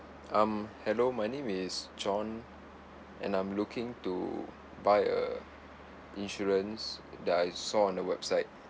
um hello my name is john and I'm looking to buy a insurance that I saw on the website